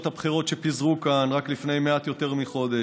הבחירות שפיזרו כאן רק לפני מעט יותר מחודש.